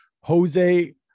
Jose